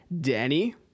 Danny